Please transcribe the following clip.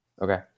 okay